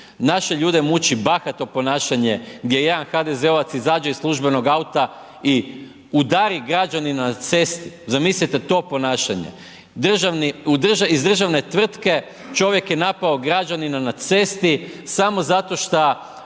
Naše ljude muči bahato ponašanje gdje jedan HDZ-ovac izađe iz službenog auta i udari građanina na cesti, zamislite to ponašanje? Iz državne tvrtke čovjek je napao građanina na cesti samo zato šta